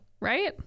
Right